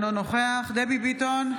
אינו נוכח דבי ביטון,